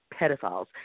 pedophiles